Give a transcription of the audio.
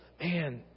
man